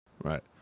right